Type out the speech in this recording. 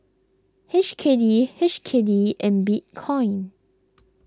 H K D H K D and Bitcoin